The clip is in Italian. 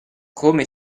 come